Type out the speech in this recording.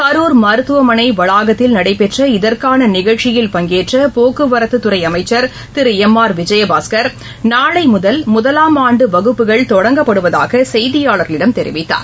கரூர் மருத்துவமனைவளாகத்தில் நடைபெற்ற இதற்கானநிகழ்ச்சியில் பங்கேற்றபோக்குவரத்துதுறைஅமைச்சர் திருளம் ஆர் விஜயபாஸ்கர் நாளைமுதல் முதலாம் ஆண்டுவகுப்புகள் தொடங்கப்படுவதாகசெய்தியாளர்களிடம் தெரிவித்தார்